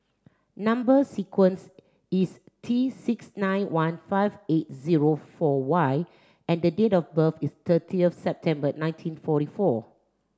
number sequence is T six nine one five eight zero four Y and the date of birth is thirty of September nineteen forty four